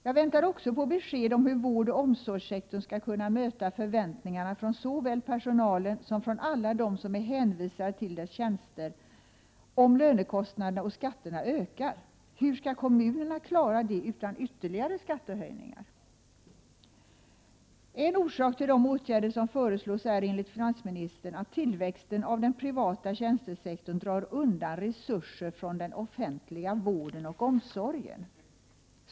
Jag väntar också på besked om hur vårdoch omsorgssektorn skall kunna möta förväntningarna från såväl personalen som från alla dem som är hänvisade till dess tjänster om lönekostnaderna och skatterna ökar. Hur skall kommunerna klara detta utan ytterligare skattehöjningar? En orsak till de åtgärder som föreslås är, enligt finansministern, att tillväxten av den privata tjänstesektorn drar undan resurser från den offentliga vården och omsorgen.